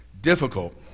difficult